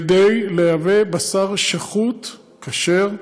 כדי לייבא בשר שחוט, כשר,